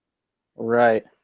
right,